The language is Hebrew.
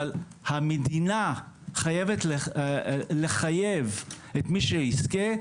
אבל המדינה חייבת לחייב את מי שיזכה,